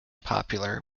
popular